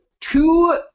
two